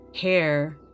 hair